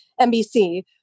NBC